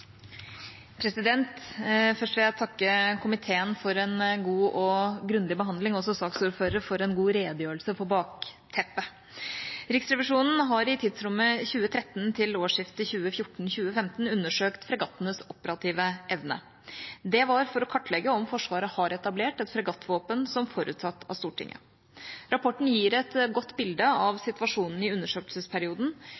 Først vil jeg takke komiteen for en god og grundig behandling og saksordføreren for en god redegjørelse om bakteppet. Riksrevisjonen har undersøkt fregattenes operative evne i tidsrommet 2013 til årsskiftet 2014/2015. Det var for å kartlegge om Forsvaret har etablert et fregattvåpen som forutsatt av Stortinget. Rapporten gir et godt bilde av